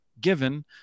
given